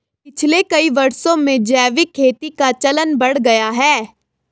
पिछले कई वर्षों में जैविक खेती का चलन बढ़ गया है